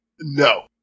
No